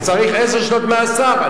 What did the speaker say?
שצריך עשר שנות מאסר.